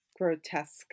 grotesque